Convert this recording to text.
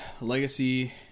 Legacy